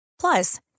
Plus